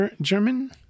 German